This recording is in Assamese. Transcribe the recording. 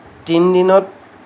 তিনি দিনত